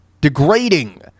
degrading